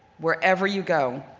wherever you go,